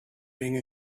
being